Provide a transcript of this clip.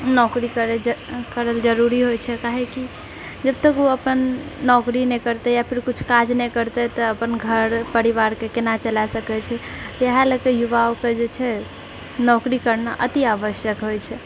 नौकरी करैछे करै लए जरूरी होइछेै काहेकि जबतक ओ अपन नौकरी नहि करतै या फिर किछु काज नहि करतै तऽ ओ अपन घर परिवारके केना चला सकैत छै इएह लएके युवाके जेछै नौकरी करना अति आवश्यक होइत छै